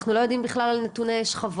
אנחנו לא יודעים בכלל על נתוני שכבות,